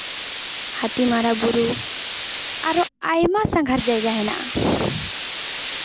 ᱦᱟᱹᱛᱤ ᱢᱟᱨᱟ ᱵᱩᱨᱩ ᱟᱨᱚ ᱟᱭᱢᱟ ᱥᱟᱸᱜᱷᱟᱨ ᱡᱟᱭᱜᱟ ᱦᱮᱱᱟᱜᱼᱟ